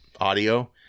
audio